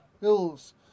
hills